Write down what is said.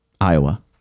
Iowa